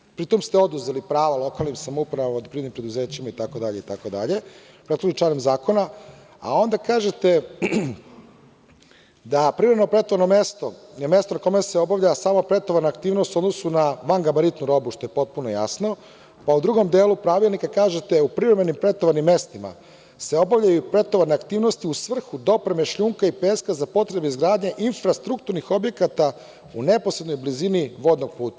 Kažete, pritom ste oduzeli pravo lokalnim samoupravama, privrednim preduzećima itd. itd. ima tu i član zakona, a onda kažete da privredno pretovarno mesto je mesto na kome se obavlja samo pretovarna aktivnost u odnosu na vangabaritnu robu, što je potpuno jasno, pa u drugom delu pravilnika kažete u privremenim pretovanim mestima se obavljaju pretovarne aktivnosti u svrhu dopreme šljunka i peska za potrebe izgradnje infrastrukturnih objekata u neposrednoj blizini vodnog puta.